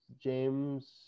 james